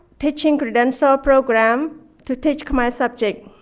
teaching credential ah program to teach khmer subject.